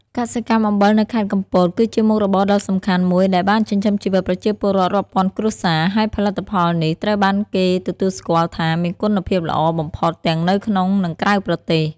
កសិកម្មអំបិលនៅខេត្តកំពតគឺជាមុខរបរដ៏សំខាន់មួយដែលបានចិញ្ចឹមជីវិតប្រជាពលរដ្ឋរាប់ពាន់គ្រួសារ ហើយផលិតផលនេះត្រូវបានគេទទួលស្គាល់ថាមានគុណភាពល្អបំផុតទាំងនៅក្នុងនិងក្រៅប្រទេស។